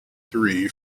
three